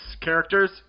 characters